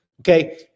Okay